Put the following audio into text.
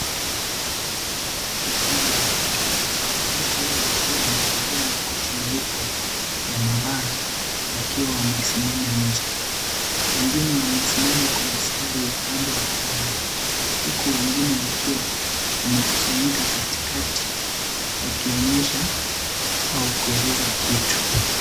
Ni kundi la watu baadhi yao wakiwa wamevalia makoti meupe ya maabara wakiwa wamesimama nje. Wengine wamesimama kwa mstari upande wa kulia huku wengine wakiwa wamekusanyika katikati wakionyesha au kueleza kitu.